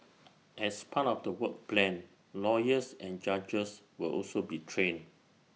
as part of the work plan lawyers and judges will also be trained